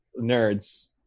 nerds